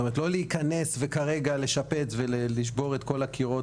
זאת אומרת לא רק להיכנס כרגע לשפץ ולשבור את כל קירות,